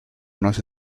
unos